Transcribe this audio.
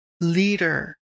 leader